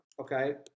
Okay